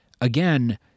again